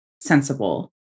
sensible